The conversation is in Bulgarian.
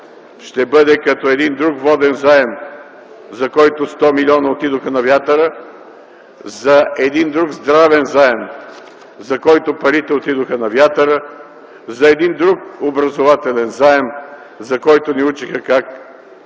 ще бъде като един друг воден заем, за който 100 милиона отидоха на вятъра; за един друг здравен заем, за който парите отидоха на вятъра; за един друг образователен заем, за който ни учеха как